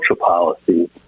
policies